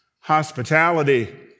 hospitality